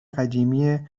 قدیمی